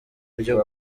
ryo